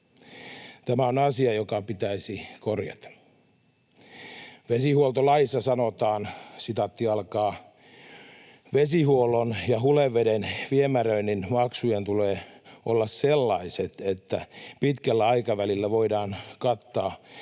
Tämä on asia, joka pitäisi korjata. Vesihuoltolaissa sanotaan: ”Vesihuollon ja huleveden viemäröinnin maksujen tulee olla sellaiset, että pitkällä aikavälillä voidaan kattaa